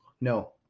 No